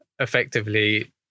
effectively